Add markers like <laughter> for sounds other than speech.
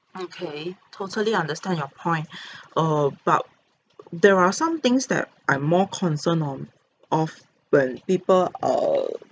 okay totally understand your point <breath> err but err there are some things that I'm more concerned on of when people err